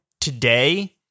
today